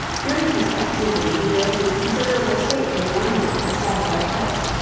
during his captivity he lived in considerable state in london at the savoy palace,